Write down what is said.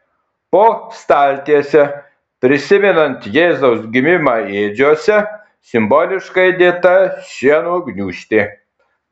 po staltiese prisimenant jėzaus gimimą ėdžiose simboliškai dėta šieno gniūžtė